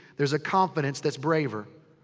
there's a confidence that's braver.